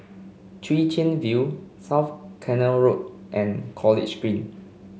Chwee Chian View South Canal Road and College Green